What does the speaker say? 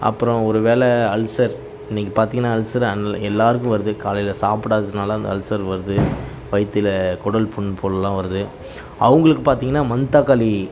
அப்றம் ஒரு வேளை அல்சர் இன்னிக்கு பார்த்தீங்கன்னா அல்சர் அன்ல எல்லோருக்கும் வருது காலையில் சாப்பிடாததுனால அந்த அல்சர் வருது வயிற்றில் குடல் புண் போலெல்லாம் வருது அவங்களுக்கு பார்த்தீங்கன்னா மணத்தக்காளி